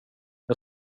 jag